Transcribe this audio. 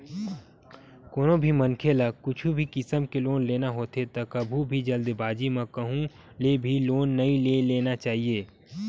कोनो भी मनखे ल कुछु भी किसम के लोन लेना होथे त कभू भी जल्दीबाजी म कहूँ ले भी लोन नइ ले लेना चाही